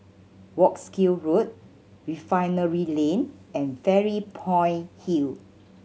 Wolskel Road Refinery Lane and Fairy Point Hill